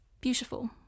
beautiful